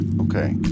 Okay